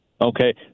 Okay